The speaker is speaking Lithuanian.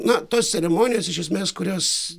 na tos ceremonijos iš esmės kurias